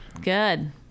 Good